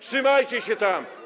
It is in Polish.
Trzymajcie się tam!